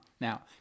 Now